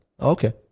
Okay